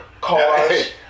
Cars